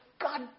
God